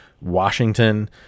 Washington